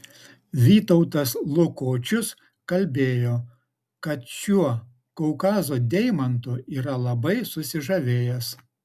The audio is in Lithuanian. vytautas lukočius kalbėjo kad šiuo kaukazo deimantu yra labai susižavėjęs